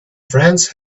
friends